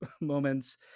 moments